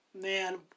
Man